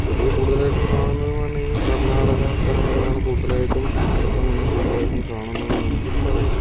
ഇതു കൂടുതലായിട്ടും കാണുന്നത് എന്നു പറഞ്ഞു കഴിഞ്ഞാൽ കർണാടക സ്ഥലങ്ങളിലാണ് കൂടുതലായിട്ടും ഈ കറുത്ത മണ്ണ് കൂടുതലായിട്ടും കാണുന്നത് എന്ന് വേണമെങ്കിൽ പറയാം